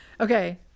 okay